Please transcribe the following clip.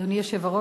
אדוני היושב-ראש,